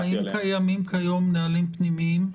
האם קיימים כיום נהלים פנימיים?